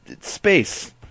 space